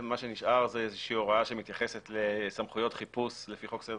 מה שנשאר זאת איזושהי הוראה שמתייחסת לסמכויות חיפוש לפי חוק סדר